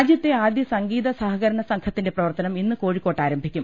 രാജ്യത്തെ ആദ്യ സംഗീത സഹകരണ സ്യംഘത്തിന്റെ പ്രവർത്തനം ഇന്ന് കോഴിക്കോട്ടാരംഭിക്കും